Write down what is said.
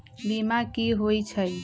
बीमा कि होई छई?